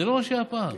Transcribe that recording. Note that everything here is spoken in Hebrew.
כן,